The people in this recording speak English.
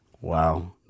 Wow